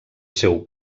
seu